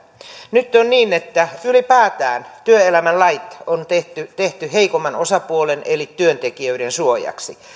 nyt on niin että ylipäätään työelämän lait on tehty tehty heikomman osapuolen eli työntekijöiden suojaksi